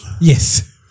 Yes